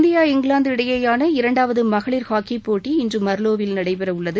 India இங்கிலாந்து இடையேயாள இரண்டாவது மகளிர் ஹாக்கிப் போட்டி இன்று மார்லோவில் நடைபெறவுள்ளது